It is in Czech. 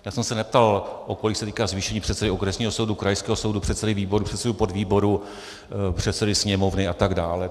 Já jsem se neptal, o kolik se týká zvýšení předsedy okresního soudu, krajského soudu, předsedy výboru, předsedy podvýboru, předsedy Sněmovny, a tak dále.